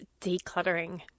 decluttering